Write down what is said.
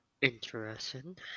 Interesting